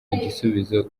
igisubizo